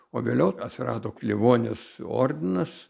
o vėliau atsirado livonijos ordinas